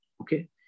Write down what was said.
Okay